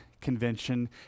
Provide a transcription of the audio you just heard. convention